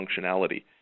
functionality